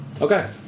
Okay